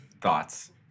thoughts